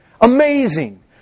Amazing